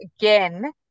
again